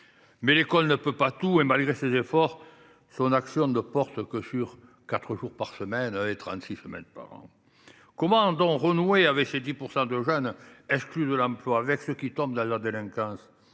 L’école ne peut pas tout et, malgré ses efforts, son action ne porte que sur quatre jours par semaine et trente six semaines par an. Comment renouer avec les 10 % de jeunes exclus de l’emploi, avec ceux qui tombent dans la délinquance,